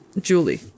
Julie